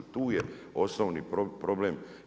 Tu je osnovni problem.